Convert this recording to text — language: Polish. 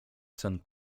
sen